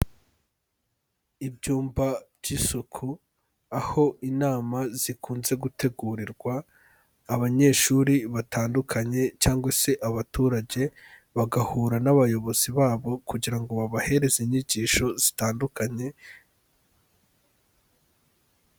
Ibyumba by'isuku aho inama zikunze gutegurirwa, abanyeshuri batandukanye cyangwa se abaturage, bagahura n'abayobozi babo kugira ngo babahereze inyigisho zitandukanye.